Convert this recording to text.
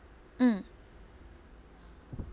mm